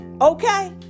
Okay